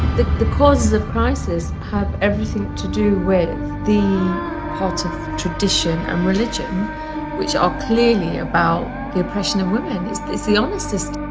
the the causes of prices have everything to do with the part of tradition and religion which are clearly about the oppression of women is this the honest?